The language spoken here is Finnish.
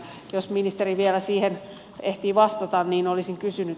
jos ministeri vielä ehtii vastata niin olisin kysynyt